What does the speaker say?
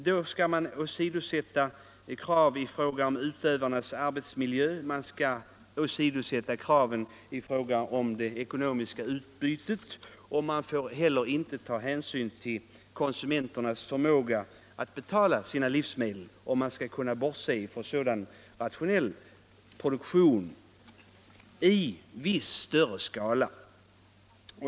Då har man åsidosatt krav i fråga om utövarnas arbetsmiljö och kraven i fråga om det ekonomiska utbytet. Man har också åsidosatt hänsynen till konsumenternas förmåga att betala sina livsmedel, om man skall kunna bortse från sådan rationell produktion i viss större skala.